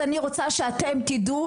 אני רוצה שאתם תדעו,